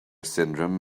syndrome